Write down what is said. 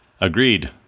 Agreed